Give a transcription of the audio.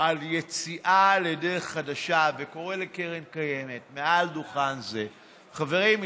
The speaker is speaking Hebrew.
על יציאה לדרך חדשה וקורא לקרן קיימת מעל דוכן זה: חברים,